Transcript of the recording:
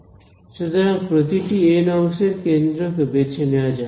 সুতরাং প্রতিটি এন অংশের কেন্দ্রকে বেছে নেওয়া যাক